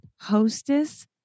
Hostess